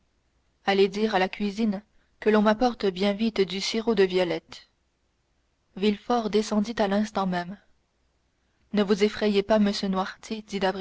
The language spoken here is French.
allez dire à la cuisine que l'on m'apporte bien vite du sirop de violettes villefort descendit à l'instant même ne vous effrayez pas